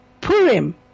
Purim